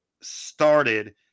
started